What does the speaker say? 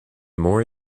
more